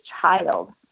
child